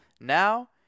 Now